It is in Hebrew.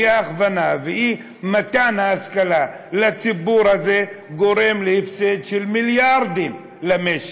אי-הכוונה ואי-מתן ההשכלה לציבור הזה גורמים להפסד של מיליארדים למשק.